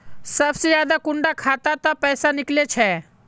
सबसे ज्यादा कुंडा खाता त पैसा निकले छे?